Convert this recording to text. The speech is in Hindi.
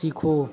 सीखो